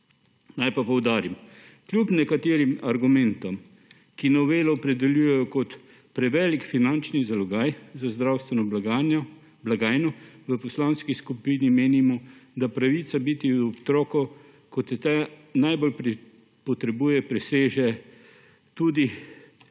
Naj pa poudarim, da kljub nekaterim argumentom, ki novelo opredeljujejo kot prevelik finančni zalogaj za zdravstveno blagajno, v poslanski skupini menimo, da pravica biti ob otroku, ko te ta najbolj potrebuje, preseže tudi